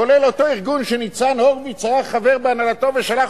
כולל אותו ארגון שניצן הורוביץ היה חבר בהנהלתו ושלח